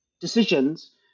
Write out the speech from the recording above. decisions